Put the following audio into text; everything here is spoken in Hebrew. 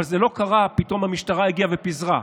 קרה פתאום כשהמשטרה הגיעה ופיזרה,